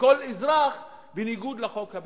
וכל אזרח בניגוד לחוק הבין-לאומי.